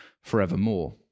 forevermore